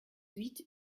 huit